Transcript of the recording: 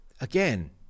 again